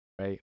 Right